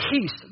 Peace